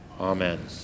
Amen